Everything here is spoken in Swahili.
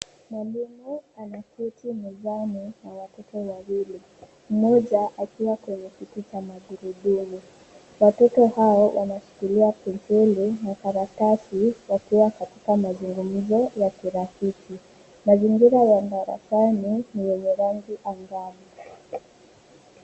Mwalimu anaketi mezani na watoto wawili, mmoja akiwa kwenye kiti cha magurudumu. Watoto hao wanashikilia penseli na karatasi wakiwa katika mazungumzo ya kirafiki. Mazingira ya darasani ni yenye rangi angavu.